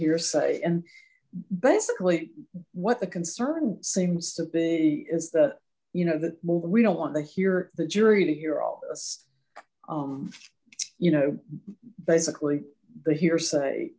hearsay and basically what the concern seems to be is that you know that we don't want to hear the jury to hear all this you know basically the hearsay